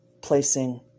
placing